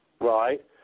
right